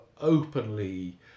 openly